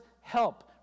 help